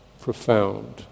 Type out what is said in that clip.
profound